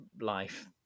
life